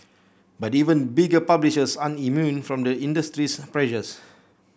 but even bigger publishers aren't immune from the industry's pressures